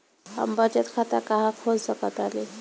हम बचत खाता कहां खोल सकतानी?